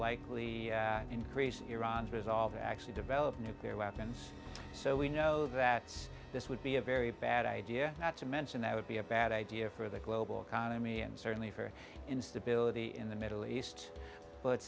likely increase in iran's resolve to actually develop nuclear weapons so we know that this would be a very bad idea not to mention that would be a bad idea for the global economy and certainly for instability in the middle east but